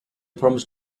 promised